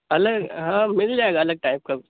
الگ ہاں مل جائے گا الگ ٹائپ کا